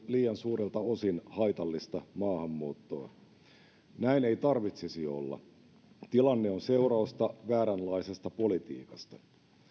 liian suurelta osin haitallista maahanmuuttoa näin ei tarvitsisi olla tilanne on seurausta vääränlaisesta politiikasta